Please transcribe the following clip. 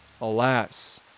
Alas